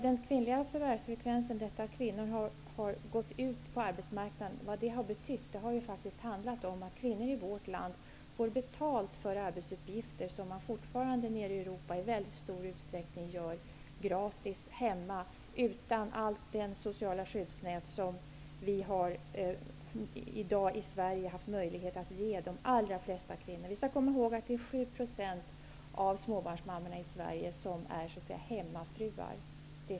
Den kvinnliga förvärvsfrekvensen, att kvinnor har gått ut på arbetsmarknaden, har handlat om att kvinnor i vårt land får betalt för arbetsuppgifter som man i Europa fortfarande i väldigt stor utsträckning gör gratis hemma utan det sociala skyddsnät som vi i dag i Sverige haft möjlighet att ge de allra flesta kvinnor. Vi skall komma ihåg att det bara är 7 % av småbarnsmammorna i Sverige som är hemmafruar.